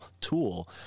tool